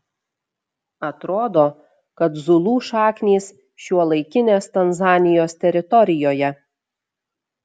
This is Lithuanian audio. atrodo kad zulų šaknys šiuolaikinės tanzanijos teritorijoje